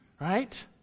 right